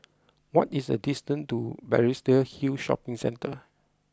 what is the distance to Balestier Hill Shopping Centre